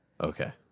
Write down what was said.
Okay